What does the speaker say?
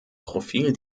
profil